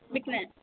మీకు